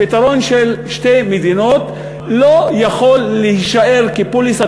הפתרון של שתי מדינות לא יכול להישאר כפוליסת